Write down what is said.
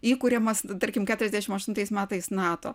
įkuriamas tarkim keturiasdešimt aštuntais metais nato